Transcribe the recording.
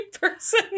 person